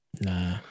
Nah